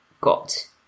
got